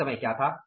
तो उस समय क्या था